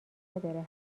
نداره